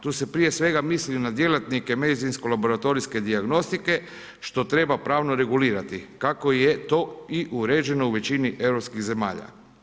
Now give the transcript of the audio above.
Tu se prije svega misli na djelatnike medicinsko laboratorijske dijagnostike što treba pravno regulirati kako je to i uređeno u većini europskih zemalja.